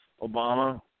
Obama